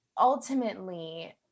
ultimately